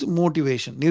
motivation